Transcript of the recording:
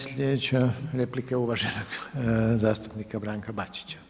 Sljedeća replika je uvaženog zastupnika Branka Bačića.